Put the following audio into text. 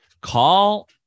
call